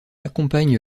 accompagne